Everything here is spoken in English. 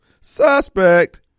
suspect